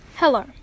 Hello